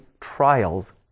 trials